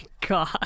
god